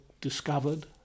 discovered